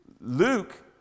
Luke